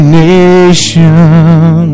nation